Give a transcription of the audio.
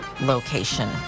Location